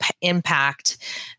impact